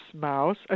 mouse